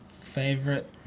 favorite